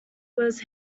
was